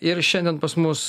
ir šiandien pas mus